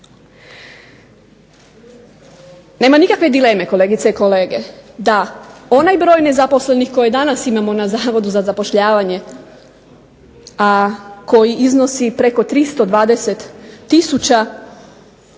Nema nikakve dileme kolegice i kolege da onaj broj nezaposlenih koje danas imamo na Zavodu za zapošljavanje, a koji iznosi preko 320 tisuća